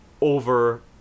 over